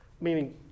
meaning